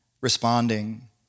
responding